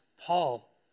Paul